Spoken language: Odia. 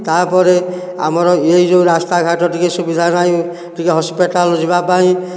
ତା ପରେ ଆମର ଏ ଯେଉଁ ରାସ୍ତା ଘାଟ ଟିକେ ସୁବିଧା ନାହିଁ ଟିକେ ହସ୍ପିଟାଲ ଯିବା ପାଇଁ